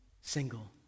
single